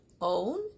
own